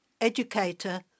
educator